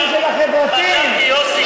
השר חיים כץ בא ואומר: זה לא יעבור.